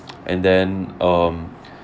and then um